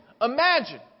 imagine